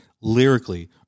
lyrically